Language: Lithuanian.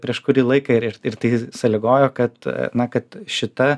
prieš kurį laiką ir ir ir tai sąlygojo kad na kad šita